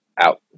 Out